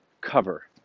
cover